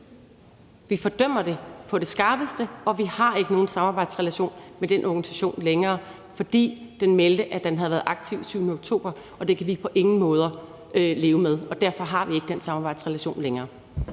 vi fordømmer det på det skarpeste. Og vi har ikke nogen samarbejdsrelation med den organisation længere, fordi den meldte, at den havde været aktiv den 7. oktober, og det kan vi på ingen måde leve med. Derfor har vi ikke den samarbejdsrelation længere.